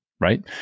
right